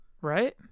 Right